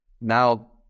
Now